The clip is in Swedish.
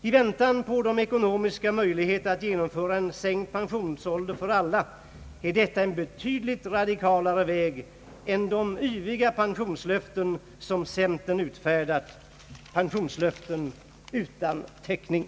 I väntan på de ekonomiska möjligheterna att genomföra en sänkt pensionsålder för alla är detta en betydligt radikalare väg än de yviga pensionslöften som centern utfärdar — pensionslöften utan täckning.